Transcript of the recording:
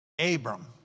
Abram